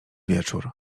wieczór